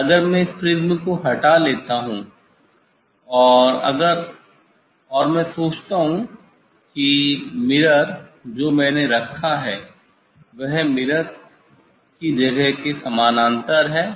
अगर मैं इस प्रिज्म को हटा लेता हूं और अगर और मैं सोचता हूँ कि मिरर जो मैंने रखा है वह मिरर की जगह के समानांतर है